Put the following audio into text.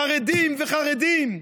חרדים וחרדים.